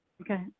okay